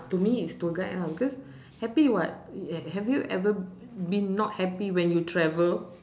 to me is tour guide ah because happy [what] ha~ have you ever been not happy when you travel